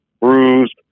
bruised